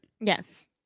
Yes